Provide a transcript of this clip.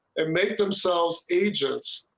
it makes themselves agents.